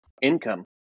income